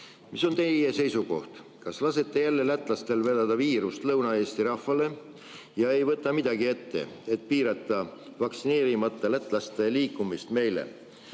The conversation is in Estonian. Mis on teie seisukoht, kas lasete jälle lätlastel vedada viirust Lõuna-Eesti rahvale ega võta midagi ette, et piirata vaktsineerimata lätlaste liikumist meile,